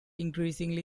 increasingly